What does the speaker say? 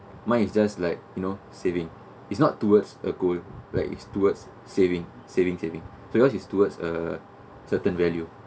mine is just like you know saving is not towards a goal like is towards saving saving saving so yours is towards a certain value